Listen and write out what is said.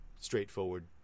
straightforward